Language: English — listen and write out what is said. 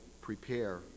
prepare